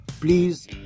Please